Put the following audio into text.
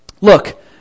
Look